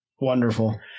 Wonderful